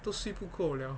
都睡不够 liao